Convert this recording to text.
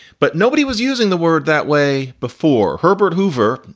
but nobody was using the word that way before. herbert hoover.